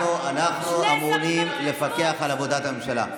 אנחנו אמונים על הפיקוח על עבודת הממשלה.